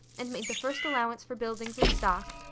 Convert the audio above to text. and made the first allowance for buildings and stock,